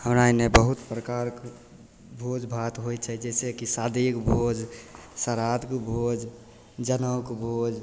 हमरा एन्ने बहुत प्रकारके भोज भात होइ छै जइसेकि शादीके भोज श्राद्धके भोज जनउके भोज